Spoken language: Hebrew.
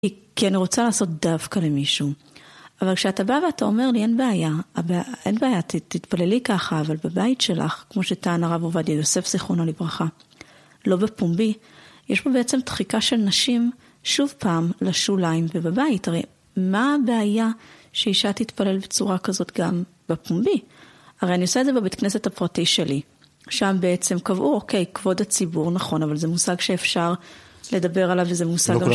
כי אני רוצה לעשות דווקא למישהו. אבל כשאתה בא ואתה אומר לי, אין בעיה, אין בעיה, תתפללי ככה, אבל בבית שלך, כמו שטען הרב עובדיה יוסף זכרונו לברכה, לא בפומבי, יש פה בעצם דחיקה של נשים שוב פעם לשוליים ובבית. הרי מה הבעיה שאישה תתפלל בצורה כזאת גם בפומבי? הרי אני עושה את זה בבית כנסת הפרטי שלי. שם בעצם קבעו, אוקיי, כבוד הציבור, נכון, אבל זה מושג שאפשר לדבר עליו וזה מושג...